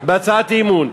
בהצעת אי-אמון,